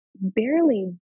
barely